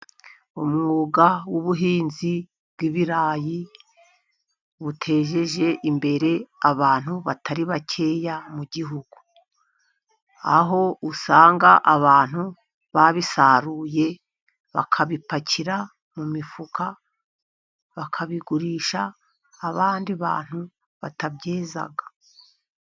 Umwuga w'ubuhinzi bw'ibirayi utejeje imbere abantu batari bakeya mu gihugu. Aho usanga abantu babisaruye, bakabipakira mu mifuka bakabigurisha abandi bantu batabyeza.